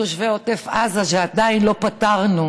מתושבי עוטף עזה על שעדיין לא פתרנו